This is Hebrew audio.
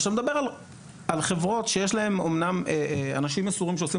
כשאתה מדבר על חברות שיש להן אמנם אנשים מסורים שעושים